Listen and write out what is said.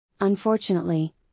Unfortunately